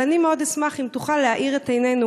אבל אני מאוד אשמח אם תוכל להאיר את עינינו